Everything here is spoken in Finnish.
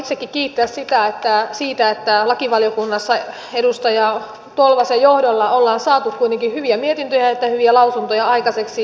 haluan itsekin kiittää siitä että lakivaliokunnassa edustaja tolvasen johdolla ollaan saatu kuitenkin hyviä mietintöjä sekä hyviä lausuntoja aikaiseksi